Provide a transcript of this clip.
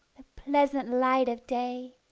pleasant light of day